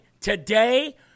Today